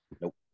Nope